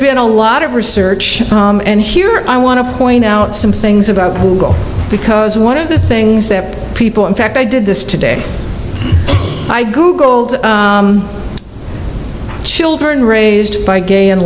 been a lot of research and here i want to point out some things about you because one of the things that people in fact i did this today i googled children raised by gay and